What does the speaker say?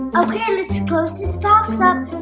ok, let's close this box up.